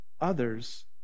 others